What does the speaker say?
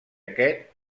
aquest